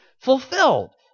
fulfilled